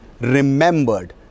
remembered